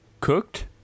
Cooked